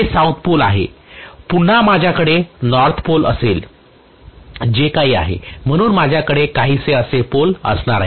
हे south pole आहे पुन्हा माझ्याकडे नॉर्थ पोल असेल जे काही आहे म्हणून माझ्याकडे काहीसे असे पोल असणार आहे